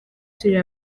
turi